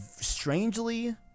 Strangely